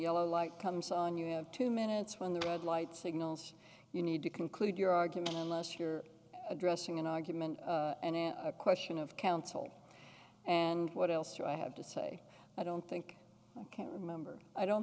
yellow light comes on you have two minutes when the red light signals you need to conclude your argument unless you're addressing an argument and a question of counsel and what else do i have to say i don't think i can remember i don't